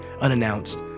unannounced